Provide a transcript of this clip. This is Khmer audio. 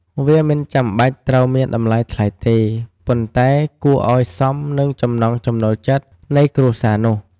វាមិនចាំបាច់ត្រូវមានតម្លៃថ្លៃទេ ប៉ុន្តែគួរអោយសមនឹងចំណង់ចំណូលចិត្តនៃគ្រួសារនោះ។